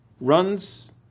runs